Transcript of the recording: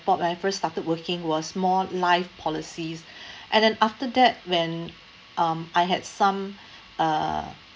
bought I first started working was more life policies and then after that when um I had some uh